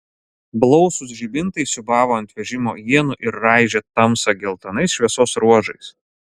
blausūs žibintai siūbavo ant vežimo ienų ir raižė tamsą geltonais šviesos ruožais